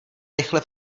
rychle